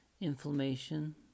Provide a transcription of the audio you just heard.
inflammation